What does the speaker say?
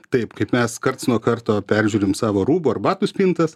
taip kaip mes karts nuo karto peržiūrim savo rūbų ar batų spintas